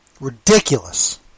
Ridiculous